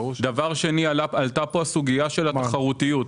דבר שני, עלתה פה הסוגיה של התחרותיות.